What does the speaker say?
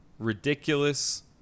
ridiculous